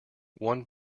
one